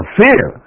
fear